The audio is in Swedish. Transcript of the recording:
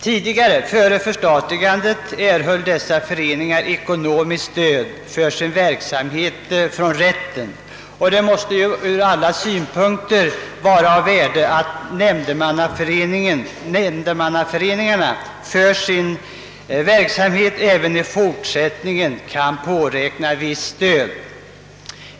Tidigare, före förstatligandet, erhöll dessa föreningar ekonomiskt stöd för sin verksamhet från rätten, och det måste ur alla synpunkter vara av värde att nämndemannaföreningarna för sin verksamhet även i fortsättningen kan påräkna visst stöd.